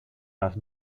las